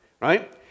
right